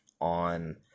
on